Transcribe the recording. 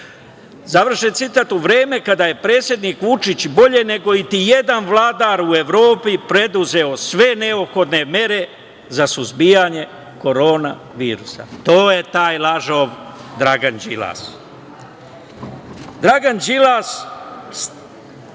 završen citat. U vreme kada je predsednik Vučić bolje nego i jedan vladar u Evropi preduzeo sve neophodne mere za suzbijanje korona virusa. To je taj lažov Dragan Đilas. Dragan